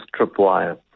tripwire